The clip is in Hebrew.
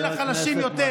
ולחלשים,